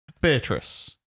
Beatrice